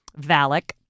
Valak